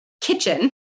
kitchen